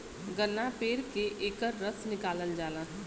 गन्ना पेर के एकर रस निकालल जाला